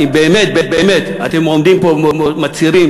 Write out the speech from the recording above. אם באמת-באמת אתם עומדים פה ומצהירים,